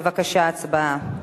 בבקשה, הצבעה.